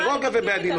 ברוגע ובעדינות.